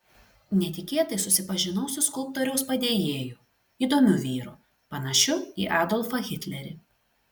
netikėtai susipažinau su skulptoriaus padėjėju įdomiu vyru panašiu į adolfą hitlerį